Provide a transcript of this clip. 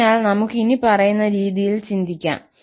അതിനാൽ നമുക്ക് ഇനിപ്പറയുന്ന രീതിയിൽ ചിന്തിക്കാം